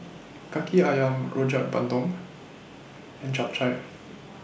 Kaki Ayam Rojak Bandung and Chap Chai